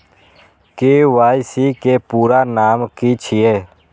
KYC के पूरा नाम की छिय?